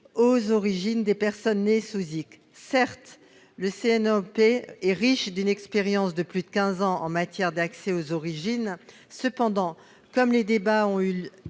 aux origines des personnes nées sous X. Certes, le CNAOP est riche d'une expérience de plus de quinze ans en matière d'accès aux origines. Cependant, comme cela a été